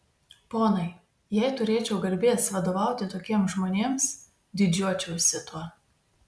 ponai jei turėčiau garbės vadovauti tokiems žmonėms didžiuočiausi tuo